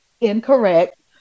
incorrect